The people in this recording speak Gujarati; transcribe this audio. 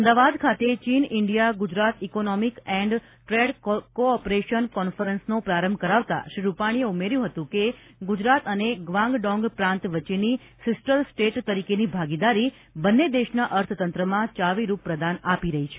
અમદાવાદ ખાતે ચીન India Gujarat economic and trade cooperation કોન્ફરન્સનો પ્રારંભ કરાવતા શ્રી રૂપાણીએ ઉમેર્યું હતું કે ગુજરાત અને ગ્વાન્ગડોંગ પ્રાંત વચ્ચેની સીસ્ટર સ્ટેટ તરીકેની ભાગીદારી બંને દેશના અર્થતંત્રમાં ચાવીરૂપ પ્રદાન આપી રહી છે